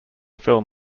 film